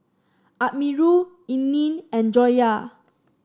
Amirul Isnin and Joyah